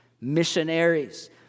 missionaries